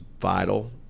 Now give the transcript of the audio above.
vital